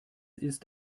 ist